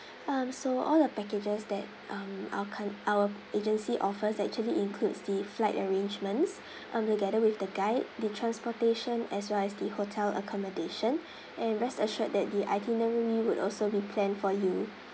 um so all the packages that um our cur~ our agency offers actually includes the flight arrangements um together with the guide the transportation as well as the hotel accommodation and rest assured that the itinerary would also be planned for you